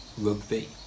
Rugby